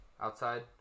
outside